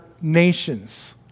nations